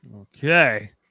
Okay